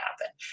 happen